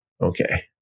Okay